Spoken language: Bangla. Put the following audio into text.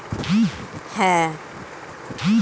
ব্রোকাররা মক্কেল আর স্টক সিকিউরিটি এক্সচেঞ্জের মধ্যে কাজ করে